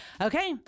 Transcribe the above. Okay